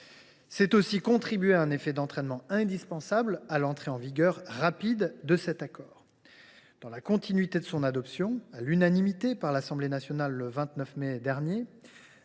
c’est aussi contribuer à un effet d’entraînement indispensable à l’entrée en vigueur rapide de cet accord. Dans la continuité de son adoption à l’unanimité par l’Assemblée nationale le 29 mai dernier